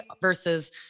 versus